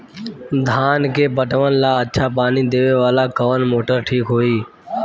धान के पटवन ला अच्छा पानी देवे वाला कवन मोटर ठीक होई?